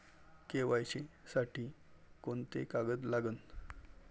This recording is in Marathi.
के.वाय.सी साठी कोंते कागद लागन?